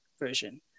version